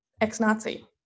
ex-Nazi